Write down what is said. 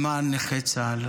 למען נכי צה"ל.